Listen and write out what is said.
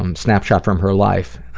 um snapshot from her life,